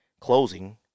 closing